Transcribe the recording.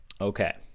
okay